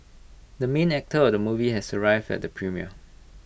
the main actor of the movie has arrived at the premiere